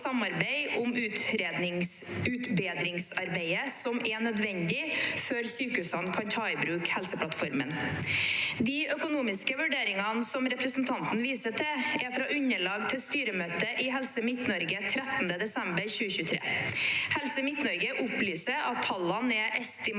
samarbeid om utbedringsarbeidet som er nødvendig før sykehusene kan ta i bruk Helseplattformen. De økonomiske vurderingene som representanten viser til, er fra underlag til styremøtet i Helse Midt-Norge 13. desember 2023. Helse Midt-Norge opplyser at tallene er estimater